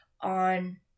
on